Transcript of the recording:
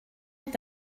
est